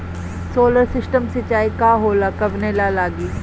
Solar system सिचाई का होला कवने ला लागी?